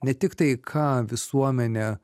ne tiktai ką visuomenė